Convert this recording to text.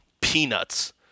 Peanuts